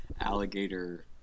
Alligator